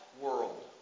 world